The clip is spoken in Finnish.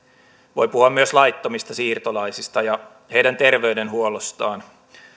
voi puhua myös laittomista siirtolaisista ja heidän terveydenhuollostaan